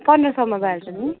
पन्ध्र सौमा भइहाल्छ नि